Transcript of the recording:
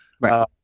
right